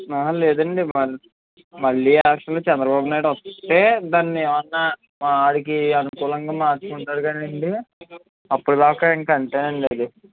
లేదండి మళ్ళీ ఎలక్షన్లో చంద్రబాబు నాయుడు వస్తే దాన్ని ఏమన్నా వాడికి అనుకూలంగా మార్చుకుంటాడు కానీ అండి అప్పడి దాకా ఇంక అంతేనండి అది